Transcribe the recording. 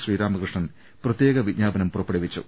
ശ്രീരാമ കൃഷ്ണൻ പ്രത്യേക വിജ്ഞാപനം പുറപ്പെടുവിച്ചു